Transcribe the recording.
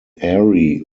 ari